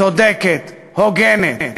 צודקת, הוגנת.